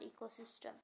ecosystem